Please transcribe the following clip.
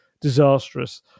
disastrous